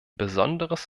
besonderes